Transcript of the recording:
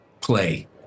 play